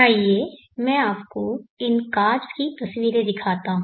आइए मैं आपको इस कार्ड्स की तस्वीरें दिखाता हूं